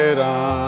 ram